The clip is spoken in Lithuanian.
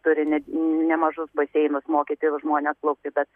turi net nemažus baseinus mokyti žmones plaukti bet